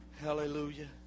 Hallelujah